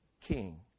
king